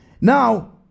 Now